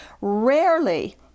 rarely